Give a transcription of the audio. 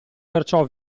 perciò